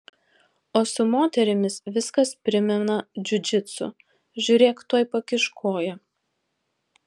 o su moterimis viskas primena džiudžitsu žiūrėk tuoj pakiš koją